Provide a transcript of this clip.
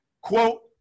quote